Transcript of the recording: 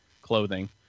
clothing